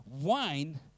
Wine